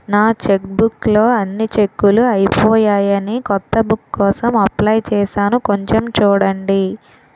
నా చెక్బుక్ లో అన్ని చెక్కులూ అయిపోయాయని కొత్త బుక్ కోసం అప్లై చేసాను కొంచెం చూడండి